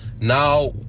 Now